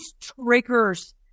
triggers